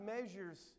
measures